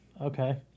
okay